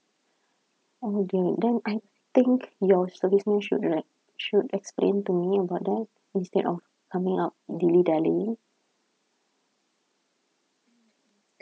oh dear then I think your service men should like should explain to me about that instead of coming up dilly dally